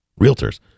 Realtors